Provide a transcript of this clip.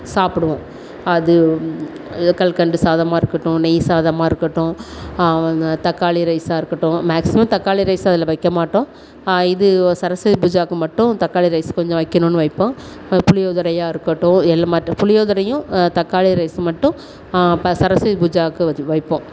சாப்பிடுவோம் அது அது கல்கண்டு சாதமாக இருக்கட்டும் நெய் சாதமாக இருக்கட்டும் தக்காளி ரைஸாக இருக்கட்டும் மேக்ஸிமம் தக்காளி ரைஸ் அதில் வைக்க மாட்டோம் இது சரஸ்வதி பூஜாக்கு மட்டும் தக்காளி ரைஸ் கொஞ்சம் வைக்கணும்னு வைப்போம் அந்த புளியோதரையா இருக்கட்டும் எல்லாம் மற்ற புளியோதரையும் தக்காளி ரைஸும் மட்டும் சரஸ்வதி பூஜாவுக்கு வ வைப்போம்